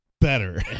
better